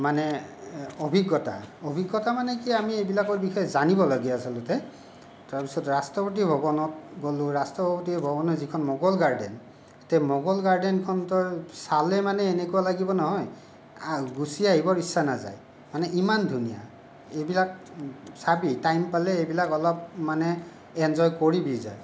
মানে অভিজ্ঞতা অভিজ্ঞতা মানে কি আমি এইবিলাকৰ বিষয়ে জানিব লাগে আচলতে তাৰপিছত ৰাষ্ট্ৰপতি ভৱনত গ'লো ৰাষ্ট্ৰপতি ভৱনৰ যিখন মোগল গাৰ্ডেন এতিয়া মোগল গাৰ্ডেনখনটো চালে মানে এনেকুৱা লাগিব নহয় গুচি আহিবৰ ইচ্ছা নাযায় মানে ইমান ধুনীয়া এইবিলাক চাবি টাইম পালে এইবিলাক অলপ মানে এঞ্জয় কৰিবি যাই